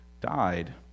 died